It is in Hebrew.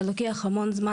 זה לוקח המון זמן.